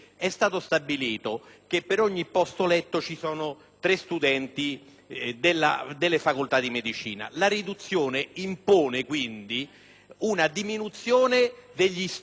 tre studenti delle facoltà di medicina. La riduzione impone quindi una diminuzione degli studenti che possono partecipare ai corsi di medicina.